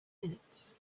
minutes